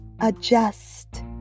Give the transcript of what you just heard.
Adjust